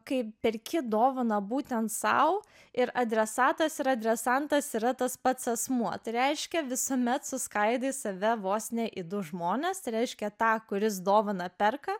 kai perki dovaną būten sau ir adresatas ir adresantas yra tas pats asmuo tai reiškia visuomet suskaidai save vos ne į du žmones tai reiškia tą kuris dovaną perka